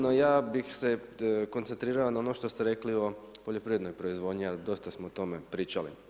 No, ja bih se koncentrirao na ono što ste rekli o poljoprivrednoj proizvodnji, ali dosta smo o tome pričali.